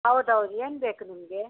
ಹೌದು ಹೌದು ಏನು ಬೇಕು ನಿಮಗೆ